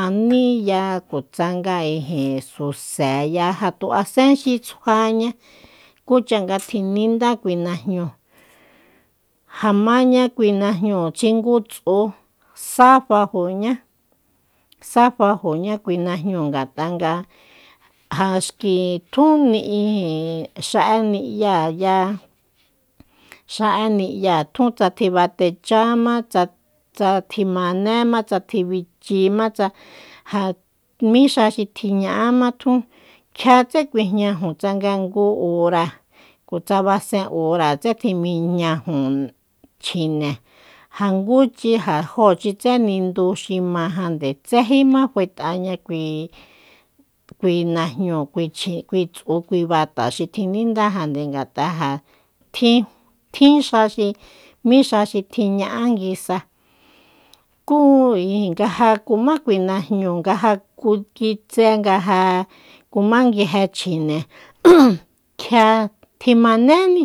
aní ya kutsanga suse ya ja tu asen xi tsjuaña kucha nga tjinindá kui najñúu ja maña kui najñúu xi ngu tsu sá fajoñá-sá fajoñá kui najñúu ngst'a'a nga ja xki tjun ni'í xa'e ni'ya ya xa'a ni'ya tsa tjun tjibatecháma sta tjimanéma tsa tji bichima tsa ja mí xa xi tjiña'ama tjun kjia tse mijñaju tsanga ngu uráa kutsa besen uráatse mijñaju chjine ja ngúuchi ja jóochitse nindu xi ma jande tséjima faet'aña kui- kui najnñu kui chji kui bata xi tjindajande ngat'a'a ja tjin- tjin xa xi mí xa xi tjiña'an nguisa kú ijin nga ja kuma kui najñúu nga ja ku kitse nga ja kumá nguje chjine kjia tjimañéni